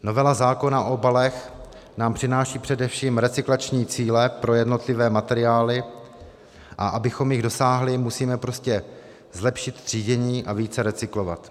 Novela zákona o obalech nám přináší především recyklační cíle pro jednotlivé materiály, a abychom jich dosáhli, musíme prostě zlepšit třídění a více recyklovat.